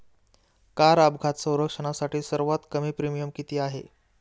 Car अपघात संरक्षणासाठी सर्वात कमी प्रीमियम किती आहे?